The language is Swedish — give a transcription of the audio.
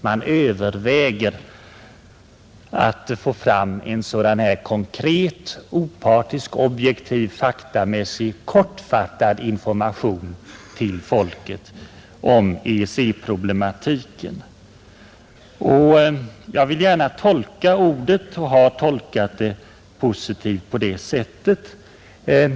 Man överväger att få fram en konkret, opartisk, objektiv, faktamässig, kortfattad information till folket om EEC-problematiken. Jag vill gärna tolka — och har tolkat — beskedet som positivt.